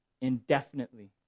indefinitely